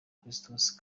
christus